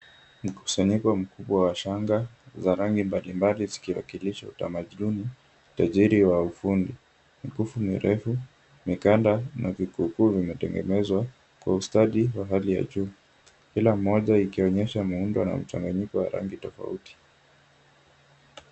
Mkusanyiko mkubwa wa shanga za rangi mbali mbali zikiwakilisha utamaduni, utajiri wa ufundi. Mikufu mirefu, mikanda na vikufuu vimetengenezwa kwa ustadi wa hali ya juu. Kila moja ikionyesha muundo na mchanganyiko wa rangi tofauti.